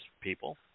people